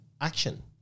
action